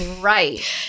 Right